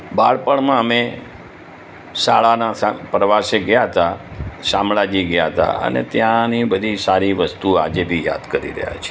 બાળપણમાં અમે શાળાના સા પ્રવાસે ગયા હતા શામળાજી ગયા હતા અને ત્યાંની બધી સારી વસ્તુઓ આજે બી યાદ કરી રહ્યા છીએ